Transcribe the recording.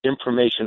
Information